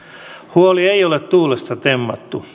huoli ei ole tuulesta temmattu